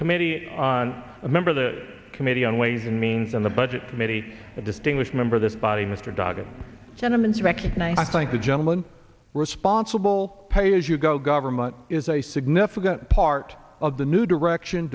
committee on a member of the committee on ways and means in the budget committee a distinguished member this body mr duggan gentlemen specs and i thank the gentleman responsible pay as you go government is a significant part of the new direction